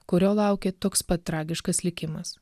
kurio laukė toks pat tragiškas likimas